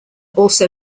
also